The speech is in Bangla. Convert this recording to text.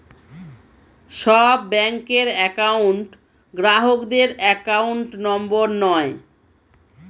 সব ব্যাঙ্কের একউন্ট গ্রাহকদের অ্যাকাউন্ট নম্বর হয়